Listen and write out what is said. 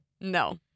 No